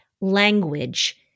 language